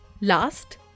Last